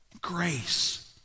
grace